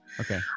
Okay